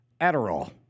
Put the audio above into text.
Adderall